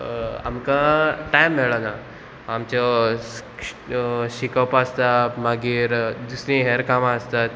आमकां टायम मेळना आमच्यो शिकोप आसता मागीर दुसरीं हेर कामां आसतात